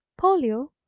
Polio